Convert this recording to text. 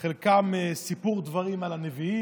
חלקם ציוויים, חלקם סיפור דברים על הנביאים,